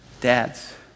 Dads